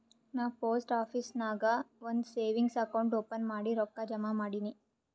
ನಾ post office ನಾಗ್ ಒಂದ್ ಸೇವಿಂಗ್ಸ್ ಅಕೌಂಟ್ ಓಪನ್ ಮಾಡಿ ರೊಕ್ಕಾ ಜಮಾ ಮಾಡಿನಿ